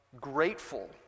grateful